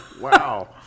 wow